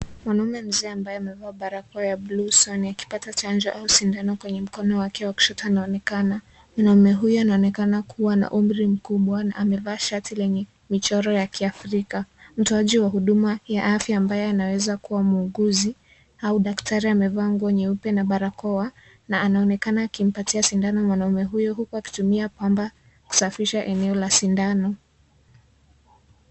Mwanaume mzee, ambaye amevaa balakoa ya blue usoni, akipata chanjo au sindano kwenye mkono wake wa kushoto, anaonekana. Mwanaume huyu anaonekana kuwa na umri mkubwa, amevaa shati lenye michoro ya kiafrika. Mtoaji wa huduma ya afya, ambaye anaweza kuwa muuguzi, au daktari amevaa nguo nyeupe na balakoa na anaonekana akimpatia sindano mwanaume huyo huku akitumia bamba kusafisha eneo la sindano.